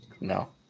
No